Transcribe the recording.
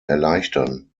erleichtern